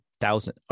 thousand